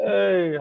Hey